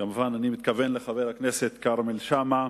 כמובן, אני מתכוון לחבר הכנסת כרמל שאמה.